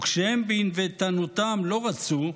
וכשהם בענוותנותם לא רצו,